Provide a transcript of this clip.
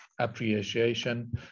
appreciation